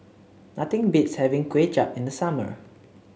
nothing beats having Kuay Chap in the summer